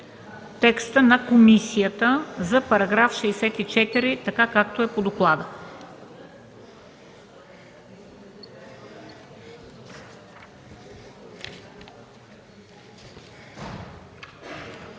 текста на комисията за § 64, така както е по доклада.